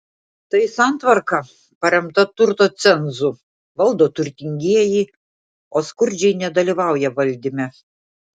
tai santvarka paremta turto cenzu valdo turtingieji o skurdžiai nedalyvauja valdyme